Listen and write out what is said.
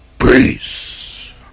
Peace